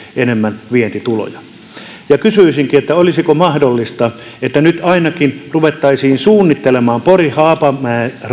enemmän vientituloja kysyisinkin olisiko mahdollista että nyt ruvettaisiin ainakin suunnittelemaan pori haapamäki